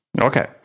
Okay